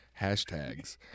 hashtags